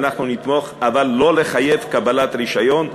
אבל לא לגבי קבלת רישיון.